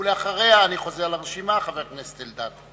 אחריה, אני חוזר לרשימה, חבר הכנסת אלדד.